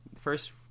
first